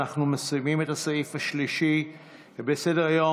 אנחנו מסיימים את הסעיף השלישי בסדר-היום,